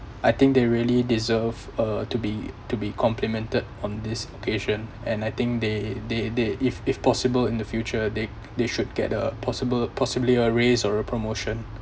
I think they really deserve uh to be to be complimented on this occasion and I think they they they if if possible in the future they they should get a possible uh possibly a raise or a promotion